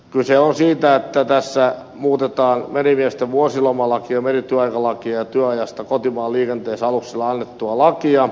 kyse on siitä että tässä muutetaan merimiesten vuosilomalakia ja merityöaikalakia ja työajasta kotimaan liikenteessä aluksella annettua lakia